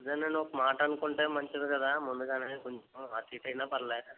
అదేనండి ఒక మాటనుకుంటే మంచిది కదా ముందుగానే కొంచెం అటు ఇటైనా పర్లేదు